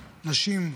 נשים,